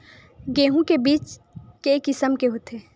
गेहूं के बीज के किसम के होथे?